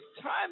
time